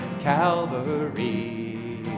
Calvary